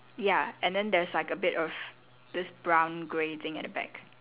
ya and then there's like a bit of this brown grey thing at the back